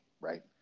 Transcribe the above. Right